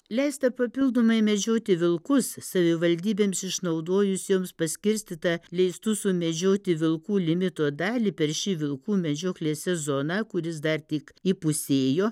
leista papildomai medžioti vilkus savivaldybėms išnaudojusioms paskirstytą leistų sumedžioti vilkų limito dalį per šį vilkų medžioklės sezoną kuris dar tik įpusėjo